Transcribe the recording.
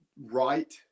right